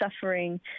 suffering